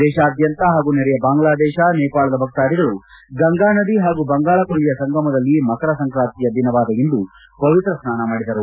ದೇತಾದ್ದಂತ ಹಾಗೂ ನೆರೆಯ ಬಾಂಗ್ಲಾದೇಶ ನೇಪಾಳದ ಭಕ್ತಾಧಿಗಳು ಗಂಗಾನದಿ ಹಾಗೂ ಬಂಗಾಳಕೊಲ್ಲಿಯ ಸಂಗಮದಲ್ಲಿ ಮಕರಸಂಕ್ರಾಂತಿಯ ದಿನವಾದ ಇಂದು ಪವಿತ್ರ ಸ್ನಾನ ಮಾಡಿದರು